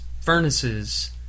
furnaces